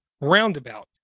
roundabout